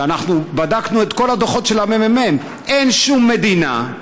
ואנחנו בדקנו את כל הדוחות של הממ"מ: אין שום מדינה,